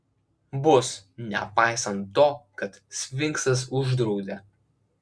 bus nepaisant to kad sfinksas uždraudė